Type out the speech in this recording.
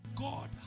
God